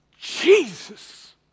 Jesus